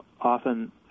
often